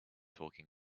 talking